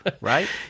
right